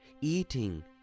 eating